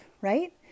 right